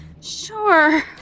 sure